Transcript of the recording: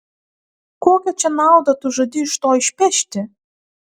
kokią čia naudą tu žadi iš to išpešti